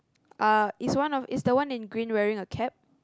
uh is one of is the one in green wearing a cap